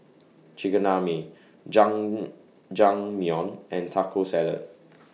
Chigenabe Jajangmyeon and Taco Salad